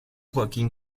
joaquim